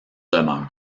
demeurent